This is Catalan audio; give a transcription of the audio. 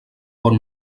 bon